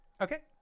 Okay